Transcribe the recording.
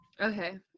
Okay